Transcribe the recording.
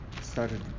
started